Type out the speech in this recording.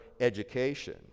education